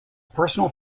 personal